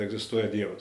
egzistuoja dievas